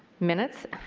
minutes,